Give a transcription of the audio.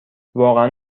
واقعا